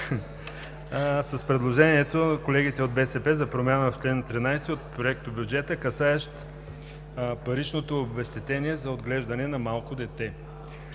с предложението на колегите от БСП за промяна в чл. 13 от Проектобюджета, касаещ паричното обезщетение за отглеждане на малко дете.